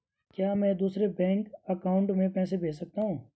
क्या मैं दूसरे बैंक अकाउंट में पैसे भेज सकता हूँ?